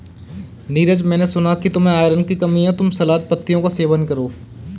नीरज मैंने सुना कि तुम्हें आयरन की कमी है तुम सलाद पत्तियों का सेवन करो